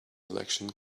election